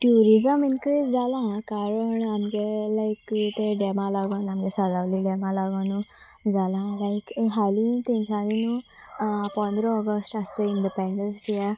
tourism increase जालां कारण आमगे लायक ते डेमा लागून आमगे सलावली डॅमा लागून न्हू जालां लायक हाली तेंच्यानी न्हू पंदरा ऑगस्ट आसच इंडिपेंडन्स डे